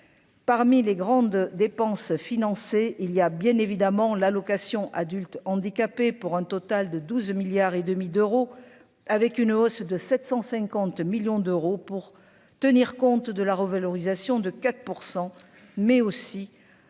parmi les grandes dépenses financées, il y a bien évidemment l'allocation adulte handicapé, pour un total de 12 milliards et demi d'euros avec une hausse de 750 millions d'euros pour tenir compte de la revalorisation de 4 % mais aussi de l'individualisation